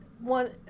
one